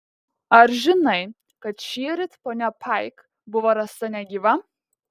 ar žinai kad šįryt ponia paik buvo rasta negyva